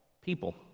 people